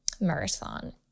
marathon